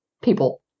people